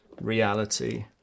reality